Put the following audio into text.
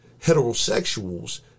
heterosexuals